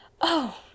Oh